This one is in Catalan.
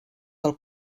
del